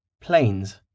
Planes